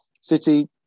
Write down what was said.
City